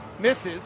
misses